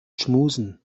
schmusen